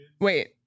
Wait